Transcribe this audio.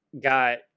got